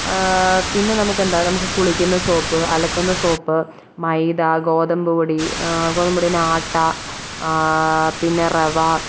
പിന്നെ പിന്നെ നമുക്ക് എന്താണ് കുളിക്കുന്ന സോപ്പ് അലക്കുന്ന സോപ്പ് മൈദ ഗോതമ്പ് പൊടി ഗോതമ്പ് പൊടി തന്നെ ആട്ട പിന്നെ റവ